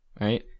Right